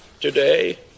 Today